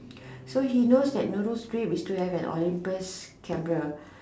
so he knows that Nurul's dream is to have an Olympus camera